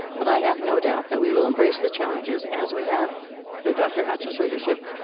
but i have no doubt that we will embrace the challenges, as we have under dr. hatchell's leadership,